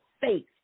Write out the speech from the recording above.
faith